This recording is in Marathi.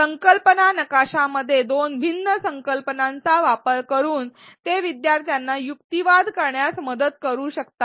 संकल्पना नकाशामध्ये दोन भिन्न संकल्पनांचा वापर करून ते विद्यार्थ्यांना युक्तिवाद करण्यास मदत करू शकतात